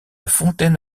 fontaine